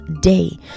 day